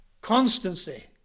Constancy